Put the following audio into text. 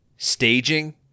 Staging